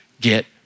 get